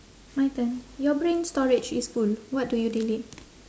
my turn your brain storage is full what do you delete